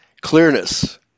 clearness